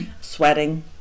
sweating